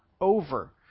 over